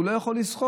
הוא לא יכול לזחול,